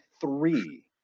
three